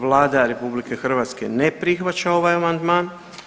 Vlada RH ne prihvaća ovaj amandman.